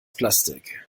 plastik